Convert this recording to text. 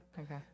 Okay